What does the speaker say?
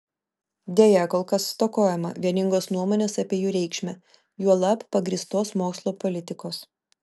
deja kol kas stokojama vieningos nuomonės apie jų reikšmę juolab pagrįstos mokslo politikos